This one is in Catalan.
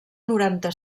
noranta